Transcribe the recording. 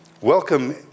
Welcome